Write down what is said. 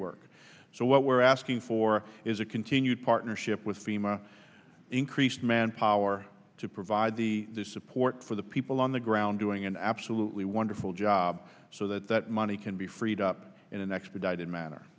work so what we're asking for is a continued partnership with fema increased manpower to provide the support for the people on the ground doing an absolutely wonderful job so that that money can be freed up in an expedited ma